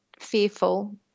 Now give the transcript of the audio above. fearful